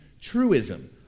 truism